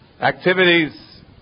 activities